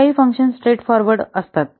काही functions straightforward functions असतात